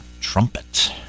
trumpet